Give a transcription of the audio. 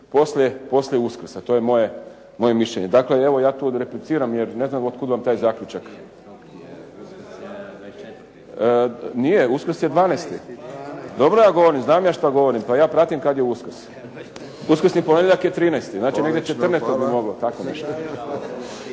poslije Uskrsa. To je moje mišljenje. Dakle ja tu repliciram jer ne znam otkud vam taj zaključak. … /Upadica se ne čuje./… Nije, Uskrs je 12. Dobro ja govorim, znam ja šta govorim, pa ja pratim kad je Uskrs. Uskrsni ponedjeljak je 13., znači negdje 14. bi moglo. Tako nešto.